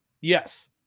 Yes